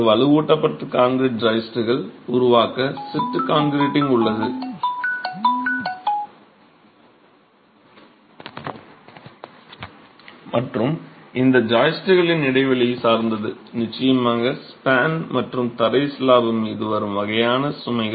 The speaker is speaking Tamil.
இந்த வலுவூட்டப்பட்ட கான்கிரீட் ஜாயிஸ்டுகளை உருவாக்க சிட்டு கான்க்ரீட்டிங் உள்ளது மற்றும் இந்த ஜாயிஸ்டுகளின் இடைவெளி சார்ந்தது நிச்சயமாக ஸ்பான் மற்றும் தரை ஸ்லாப் மீது வரும் வகையான சுமைகள்